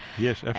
yes. ah